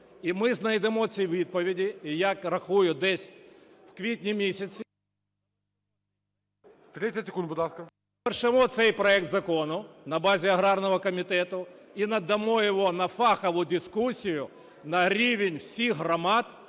І ми знайдемо ці відповіді. І я рахую, десь в квітні місяці… ГОЛОВУЮЧИЙ. 30 секунд, будь ласка. БАКУМЕНКО О.Б. …цей проект закону на базі аграрного комітету і надамо його на фахову дискусію на рівень всіх громад,